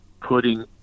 putting